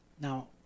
Now